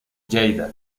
lleida